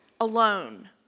alone